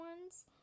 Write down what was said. ones